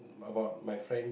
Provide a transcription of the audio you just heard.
about my friend